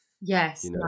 Yes